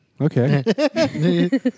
Okay